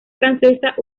francesa